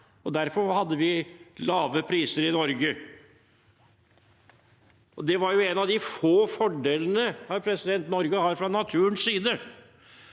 Derfor hadde vi lave priser i Norge. Det var jo en av de få fordelene Norge hadde fra naturens side.